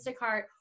Instacart